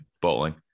Bowling